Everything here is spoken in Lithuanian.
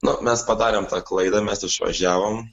nu mes padarėm tą klaidą mes išvažiavom